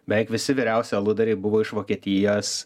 beveik visi vyriausi aludariai buvo iš vokietijos